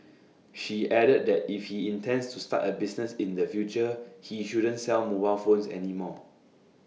she added that if he intends to start A business in the future he shouldn't sell mobile phones any more